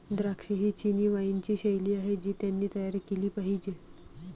द्राक्षे ही चिनी वाइनची शैली आहे जी त्यांनी तयार केली पाहिजे